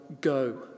go